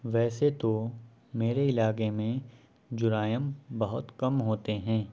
ویسے تو میرے علاقے میں جرائم بہت کم ہوتے ہیں